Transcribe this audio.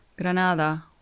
Granada